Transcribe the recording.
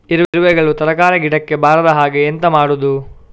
ಇರುವೆಗಳು ತರಕಾರಿ ಗಿಡಕ್ಕೆ ಬರದ ಹಾಗೆ ಎಂತ ಮಾಡುದು?